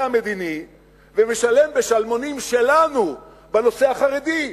המדיני ומשלם בשלמונים שלנו בנושא החרדי.